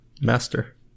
Master